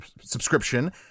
subscription